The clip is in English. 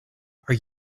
are